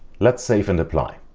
let's save and apply.